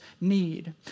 need